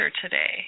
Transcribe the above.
today